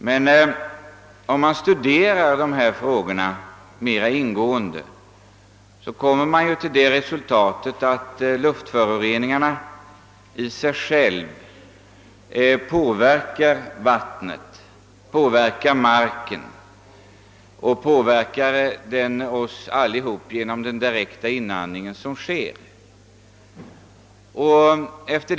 Men om man studerar dessa problem mer ingående får man klart för sig att luftföroreningarna i sig själva påverkar vattnet, påverkar marken och påverkar oss allesammans genom att vi direkt inandas dem.